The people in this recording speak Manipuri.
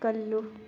ꯀꯜꯂꯨ